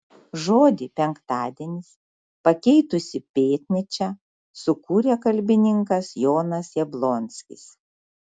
žodį penktadienis pakeitusį pėtnyčią sukūrė kalbininkas jonas jablonskis